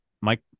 mike